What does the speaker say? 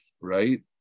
right